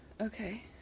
Okay